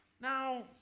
Now